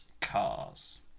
cars